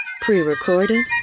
pre-recorded